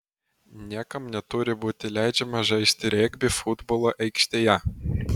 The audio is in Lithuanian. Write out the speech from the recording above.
niekam neturi būti leidžiama žaisti regbį futbolo aikštėje